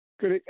Good